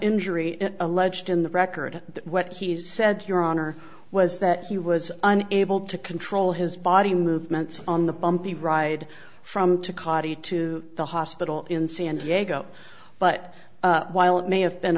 injury alleged in the record what he said your honor was that he was an able to control his body movements on the bumpy ride from to cody to the hospital in san diego but while it may have been